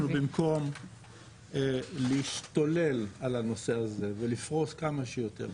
אני חושב שאנחנו במקום להשתולל על הנושא הזה ולפרוס כמה שיותר,